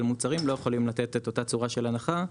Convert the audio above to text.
מוצרים לא יכולים לתת את אותה צורה של הנחה,